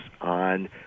on